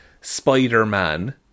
spider-man